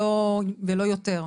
הבידוד?